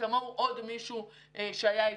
כמוהו יש עוד מישהו שהיה איתו.